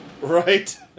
right